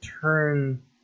turn